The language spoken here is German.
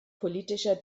politischer